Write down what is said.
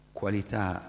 qualità